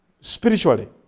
Spiritually